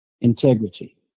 integrity